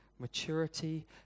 Maturity